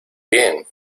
bien